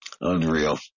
Unreal